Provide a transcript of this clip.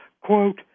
quote